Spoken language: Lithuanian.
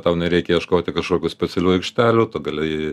tau nereik ieškoti kažkokių specialių aikštelių tu gali